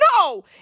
No